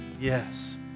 yes